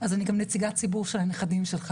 חבר הכנסת אשר.